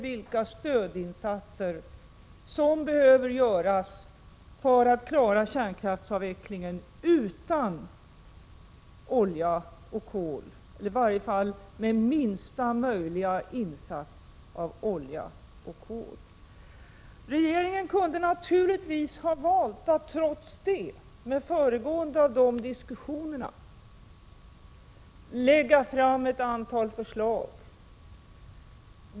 vilka stödinsatser som behöver göras för att klara kärnkraftsavvecklingen utan olja och kol — eller i varje fall med minsta möjliga insats av olja och kol. Regeringen kunde naturligtvis ha valt att trots det — med föregripande av de diskussionerna — lägga fram ett antal förslag.